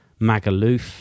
Magaluf